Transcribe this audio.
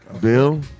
Bill